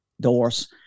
doors